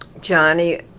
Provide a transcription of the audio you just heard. johnny